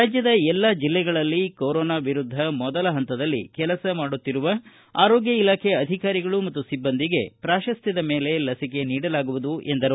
ರಾಜ್ಯದ ಎಲ್ಲಾ ಜಿಲ್ಲೆಗಳಲ್ಲಿ ಕೊರೊನಾ ವಿರುದ್ದ ಮೊದಲ ಹಂತದಲ್ಲಿ ಕೆಲಸ ಮಾಡುತ್ತಿರುವ ಆರೋಗ್ಯ ಇಲಾಖೆ ಅಧಿಕಾರಿಗಳು ಮತ್ತು ಸಿಬ್ಬಂದಿಗೆ ಪ್ರಾತಸ್ತ್ವದ ಮೇಲೆ ನೀಡಲಾಗುವುದು ಎಂದರು